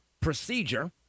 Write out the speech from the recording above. procedure